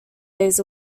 days